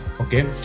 okay